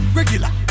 Regular